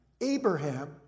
Abraham